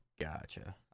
Gotcha